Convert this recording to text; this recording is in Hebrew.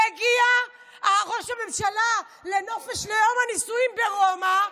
מגיע ראש הממשלה לנופש ליום הנישואים ברומא,